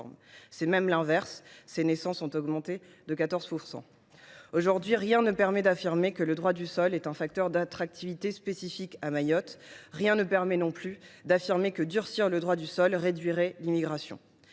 C’est même l’inverse : ces naissances ont augmenté de 14 %. Aujourd’hui, rien ne permet d’affirmer que le droit du sol est un facteur d’attractivité spécifique à Mayotte. De même, rien ne permet d’affirmer que durcir le droit du sol réduirait l’immigration.